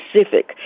specific